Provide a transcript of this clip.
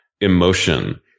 emotion